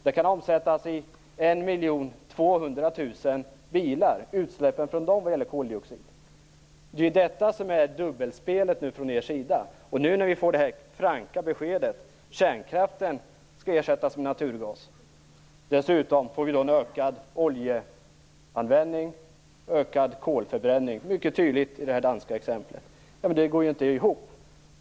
Det kan omsättas i utsläppen av koldioxid från en miljon tvåhundratusen bilar. Det är detta som är dubbelspelet från er sida. Nu får vi det franka beskedet att kärnkraften skall ersättas med naturgas. Dessutom får vi en ökad oljeanvändning och ökad kolförbränning. Det är mycket tydligt i det danska exemplet. Det går inte ihop.